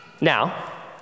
Now